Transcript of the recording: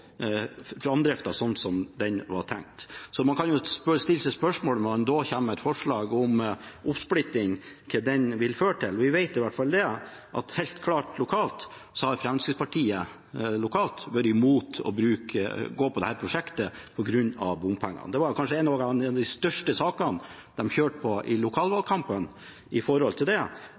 sånn som den var tenkt. Når man da kommer med et forslag om oppsplitting, kan man stille seg spørsmålet om hva den vil føre til. Vi vet i hvert fall at Fremskrittspartiet lokalt helt klart har vært mot å gå inn for dette prosjektet, på grunn av bompengene. Det var kanskje en av de største sakene de kjørte på i